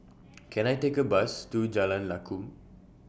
Can I Take A Bus to Jalan Lakum